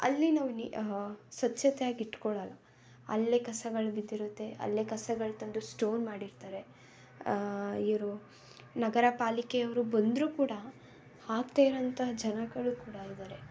ಅಲ್ಲಿ ನಾವು ನೀ ಸ್ವಚ್ಛತೆಯಾಗಿ ಇಟ್ಕೊಳೋಲ್ಲ ಅಲ್ಲೇ ಕಸಗಳು ಬಿದ್ದಿರುತ್ತೆ ಅಲ್ಲೇ ಕಸಗಳು ತಂದು ಸ್ಟೋರ್ ಮಾಡಿರ್ತಾರೆ ಇವರು ನಗರ ಪಾಲಿಕೆ ಅವರು ಬಂದರೂ ಕೂಡ ಹಾಕದೇ ಇರುವಂಥ ಜನಗಳು ಕೂಡ ಇದ್ದಾರೆ